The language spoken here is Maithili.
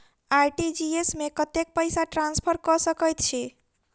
आर.टी.जी.एस मे कतेक पैसा ट्रान्सफर कऽ सकैत छी?